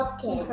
Okay